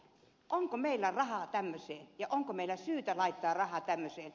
onko meillä rahaa tämmöiseen ja onko meillä syytä laittaa rahaa tämmöiseen